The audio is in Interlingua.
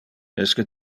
esque